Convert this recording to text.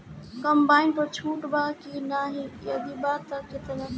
Combine पर छूट बा की नाहीं यदि बा त केतना?